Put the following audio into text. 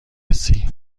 رسی